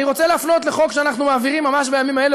אני רוצה להפנות לחוק שאנחנו מעבירים ממש בימים האלה,